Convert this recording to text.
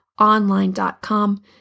Online.com